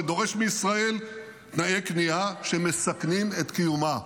שדורש מישראל תנאי כניעה שמסכנים את קיומה,